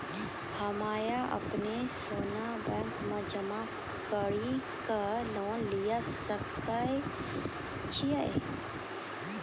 हम्मय अपनो सोना बैंक मे जमा कड़ी के लोन लिये सकय छियै?